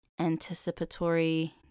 anticipatory